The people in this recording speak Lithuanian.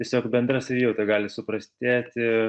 tiesiog bendra savijauta gali suprastėti